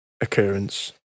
occurrence